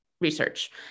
research